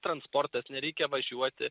transportas nereikia važiuoti